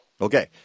Okay